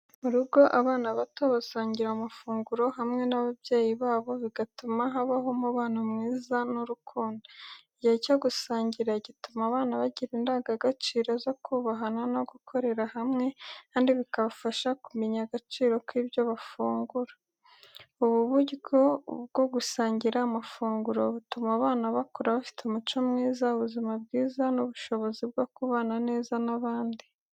Mu rugo, abana bato basangira amafunguro hamwe n’ababyeyi babo, bigatuma habaho umubano mwiza n’urukundo. Igihe cyo gusangira gituma abana bagira indangagaciro zo kubahana no gukorera hamwe kandi bikabafasha kumenya agaciro k’ibyo bafungura. Ubu buryo bwo gusangira amafunguro butuma abana bakura bafite umuco mwiza, ubuzima bwiza n'ubushobozi bwo kubana neza n’abandi.